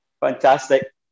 Fantastic